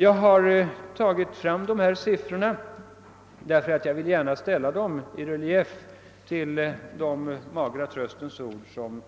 Jag har tagit fram dessa siffror därför att jag gärna vill ställa dem i relief till de magra tröstens ord, som